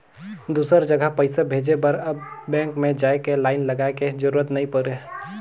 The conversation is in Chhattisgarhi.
दुसर जघा पइसा भेजे बर अब बेंक में जाए के लाईन लगाए के जरूरत नइ पुरे